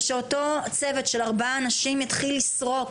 ושאותו צוות של ארבעה אנשים יתחיל לסרוק